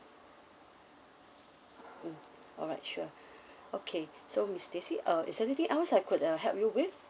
mm alright sure okay so miss stacy uh is there anything else I could uh will help you with